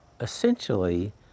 essentially